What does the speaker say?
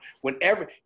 Whenever